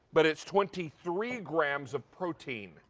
but it is twenty three grams of protein.